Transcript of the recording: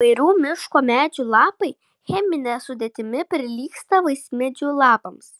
įvairių miško medžių lapai chemine sudėtimi prilygsta vaismedžių lapams